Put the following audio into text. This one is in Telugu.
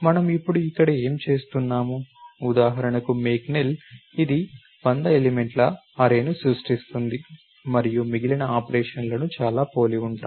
మనం ఇప్పుడు ఇక్కడ ఏమి చేస్తున్నాము ఉదాహరణకు మేక్ నల్ ఇది 100 ఎలిమెంట్ల అర్రేని సృష్టిస్తుంది మరియు మిగిలిన ఆపరేషన్లను చాలా పోలి ఉంటాయి